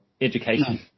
education